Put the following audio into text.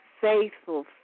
faithful